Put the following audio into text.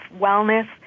wellness